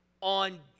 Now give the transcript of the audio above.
on